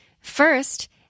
First